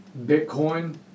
Bitcoin